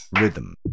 rhythm